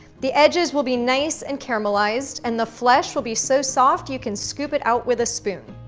the edges will be nice and caramelized and the flesh will be so soft, you can scoop it out with a spoon.